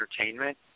entertainment